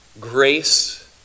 grace